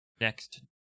Next